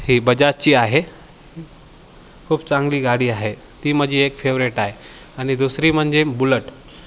ही बजाजची आहे खूप चांगली गाडी आहे ती माझी एक फेवरेट आहे आणि दुसरी म्हणजे बुलट